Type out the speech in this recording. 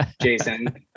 Jason